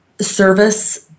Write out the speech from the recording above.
service